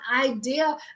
idea